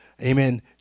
Amen